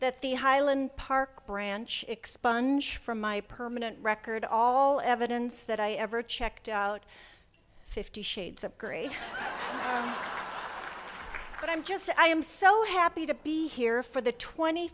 that the highland park branch expunged from my permanent record all evidence that i ever checked out fifty shades of gray but i'm just i am so happy to be here for the twenty